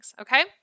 okay